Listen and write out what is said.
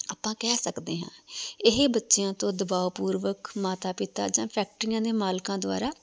ਆਪਾਂ ਕਹਿ ਸਕਦੇ ਹਾਂ ਇਹ ਬੱਚਿਆਂ ਤੋਂ ਦਬਾਓ ਪੂਰਵਕ ਮਾਤਾ ਪਿਤਾ ਜਾਂ ਫੈਕਟਰੀਆਂ ਦੇ ਮਾਲਕਾਂ ਦੁਆਰਾ